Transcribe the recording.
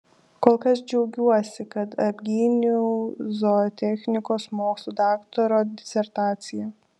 kol kas džiaugiuosi kad apgyniau zootechnikos mokslų daktaro disertaciją